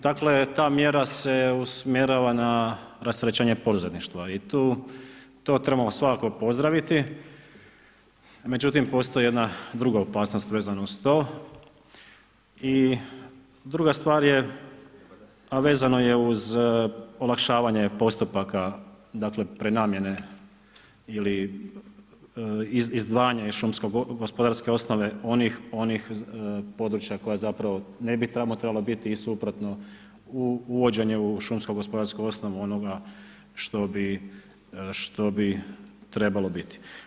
Dakle ta mjera se usmjerava na rasterećenje poduzetništva i to trebamo svakako pozdraviti, međutim postoji jedna druga opasnost vezana uz to i druga stvar je, a vezano je uz olakšavanje postupaka prenamjene ili izdvajanja iz šumsko gospodarske osnove onih područja koja ne bi tamo trebala biti i suprotno uvođenje u šumsko gospodarsku osnovu onoga što bi trebalo biti.